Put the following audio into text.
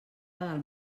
del